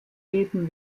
geben